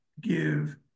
give